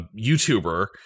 YouTuber